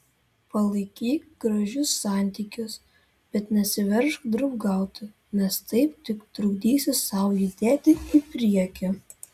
palaikyk gražius santykius bet nesiveržk draugauti nes taip tik trukdysi sau judėti į priekį